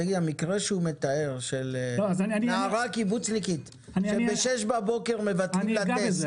תגיד המקרה שהוא מתאר שנערה קיבוצניקית שבשש בבוקרת מבטלים לה טסט